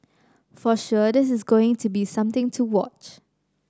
for sure this is going to be something to watch